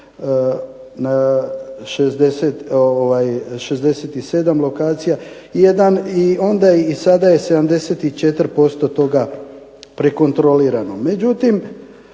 67 lokacija i onda i sada je 74% toga prekontrolirano.